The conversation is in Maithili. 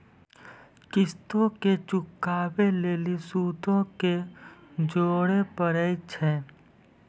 किश्तो के चुकाबै लेली सूदो के जोड़े परै छै